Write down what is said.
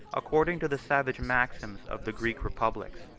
according to the savage maxims of the greek republics,